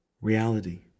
Reality